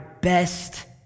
best